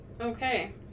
Okay